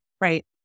right